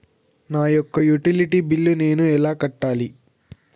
నా యొక్క utility bill నేను ఎలా కట్టాలి?